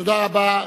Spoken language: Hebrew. תודה רבה.